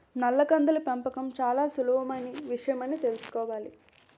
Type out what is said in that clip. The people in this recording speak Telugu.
నల్ల కందుల పెంపకం చాలా సులభమైన విషయమని తెలుసుకోవాలి